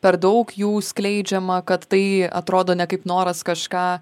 per daug jų skleidžiama kad tai atrodo ne kaip noras kažką